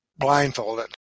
Blindfolded